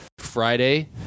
friday